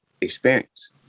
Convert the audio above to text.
experience